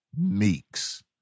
Meeks